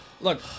look